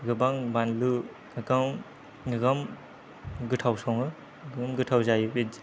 गोबां बानलु गोग्गोम गोथाव सङो गोग्गोम गोथाव जायो बिदिनो